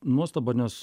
nuostabą nes